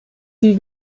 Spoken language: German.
die